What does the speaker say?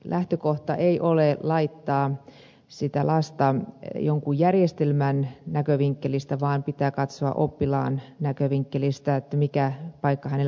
lähtökohta ei ole laittaa sitä lasta johonkin jonkun järjestelmän näkövinkkelistä vaan pitää katsoa oppilaan näkövinkkelistä mikä paikka hänelle parhaiten sopii